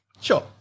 Sure